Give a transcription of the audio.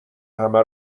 همه